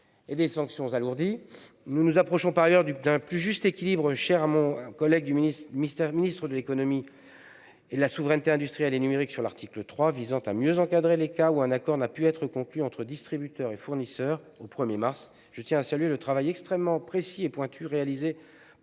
et des sanctions alourdies. Nous nous approchons par ailleurs d'un plus juste équilibre, cher à mon collègue ministre de l'économie, des finances et de la souveraineté industrielle et numérique, sur l'article 3, qui vise à mieux encadrer les cas où un accord n'a pu être conclu entre distributeurs et fournisseurs au 1 mars. Je tiens à cet égard à souligner le travail extrêmement précis et pointu réalisé par la rapporteure et votre